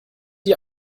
die